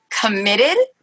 committed